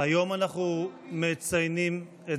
היום אנחנו מציינים את